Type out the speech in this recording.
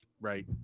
Right